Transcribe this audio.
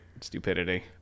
stupidity